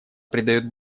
придает